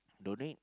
donate